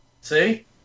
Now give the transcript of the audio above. See